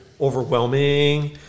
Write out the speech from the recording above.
overwhelming